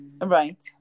Right